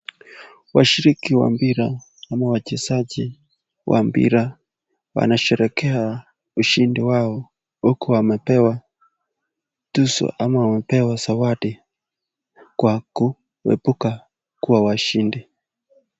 Washiriki wa mpira ama wachezaji wa mpira wanasherehekea ushindi wao huku wamepewa tuzo ama wamepewa zawadi kwa kuepuka kuwa washindi.